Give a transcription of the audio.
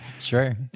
Sure